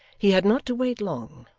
he had not to wait long.